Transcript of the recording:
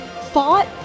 fought